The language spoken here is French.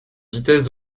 vitesse